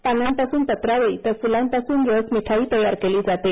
पानांपासून पत्रावळी तर फुलांपासून रस मिठाई तयार केली जाते